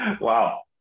Wow